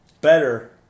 Better